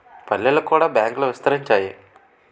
పల్లెలకు కూడా బ్యాంకులు విస్తరించాయి